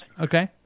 Okay